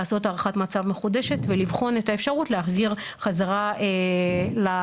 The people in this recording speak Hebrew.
לעשות הערכת מצב מחודשת ולבחון את האפשרות להחזיר חזרה למצב